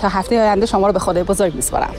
تا هفته آینده شما رو به خدای بزرگ می‌سپارم.